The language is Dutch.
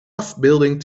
afbeelding